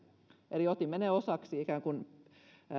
eli otimme ne osaksi ikään kuin